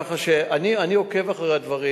ככה שאני עוקב אחרי הדברים.